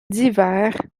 divers